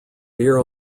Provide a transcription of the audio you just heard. beer